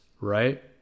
right